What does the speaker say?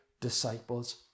disciples